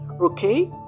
Okay